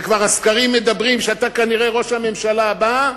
והסקרים כבר אומרים שאתה כנראה ראש הממשלה הבא,